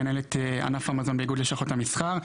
מנהל את ענף המזון באיגוד לשכות המסחר.